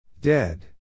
Dead